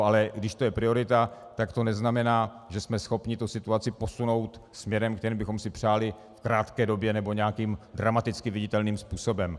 Ale když to je priorita, tak to neznamená, že jsme schopni tu situaci posunout směrem, kterým bychom si přáli, v krátké době nebo nějakým dramaticky viditelným způsobem.